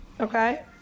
Okay